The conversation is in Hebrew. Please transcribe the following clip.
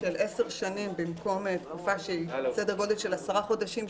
של 10 שנים במקום תקופה של 10 חודשים,